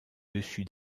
dessus